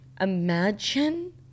Imagine